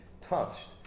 touched